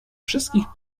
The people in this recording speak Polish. wszystkich